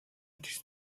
these